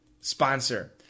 sponsor